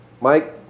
Mike